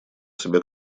себя